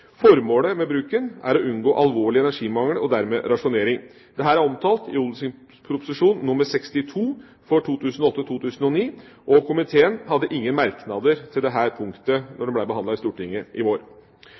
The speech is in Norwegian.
Formålet med bruken er å unngå alvorlig energimangel og dermed rasjonering. Dette er omtalt i Ot.prp. nr. 62 for 2008–2009, og komiteen hadde ingen merknader til dette punktet